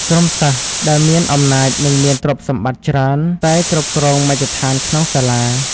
ក្រុមសិស្ស ដែលមានអំណាចនិងមានទ្រព្យសម្បត្តិច្រើនតែគ្រប់គ្រងមជ្ឈដ្ឋានក្នុងសាលារៀន។